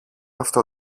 αυτό